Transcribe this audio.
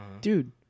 dude